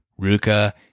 Ruka